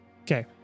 Okay